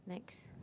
next